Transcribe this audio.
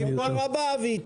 תודה רבה אבי.